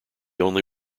only